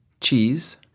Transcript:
Cheese